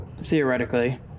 theoretically